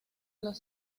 los